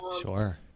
Sure